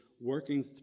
working